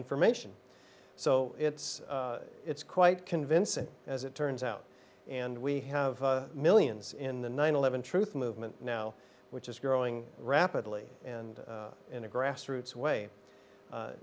information so it's it's quite convincing as it turns out and we have millions in the nine eleven truth movement now which is growing rapidly and in a grassroots way